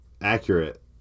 accurate